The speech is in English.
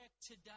today